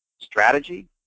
strategy